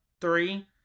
three